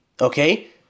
Okay